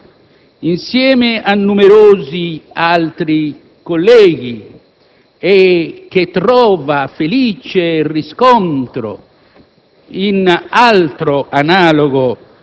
La mozione che ho firmato insieme a numerosi altri colleghi e che trova felice riscontro